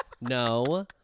no